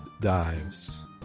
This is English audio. dives